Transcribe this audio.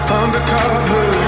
undercover